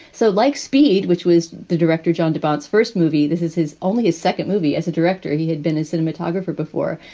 so like speed, which was the director, john deadbolts first movie, this is his only his second movie as a director. he had been a cinematographer before.